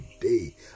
day